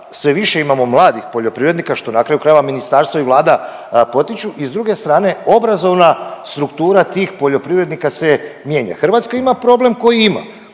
sve više imamo mladih poljoprivrednika, što na kraju krajeva, ministarstvo i Vlada potiču i s druge strane obrazovna struktura tih poljoprivrednika se mijenja. Hrvatska ima problem koji ima,